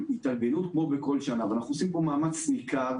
התארגנות כמו בכל שנה ואנחנו עושים פה מאמץ ניכר.